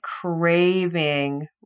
craving